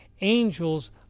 angels